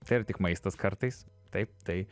tai yra tik maistas kartais taip tai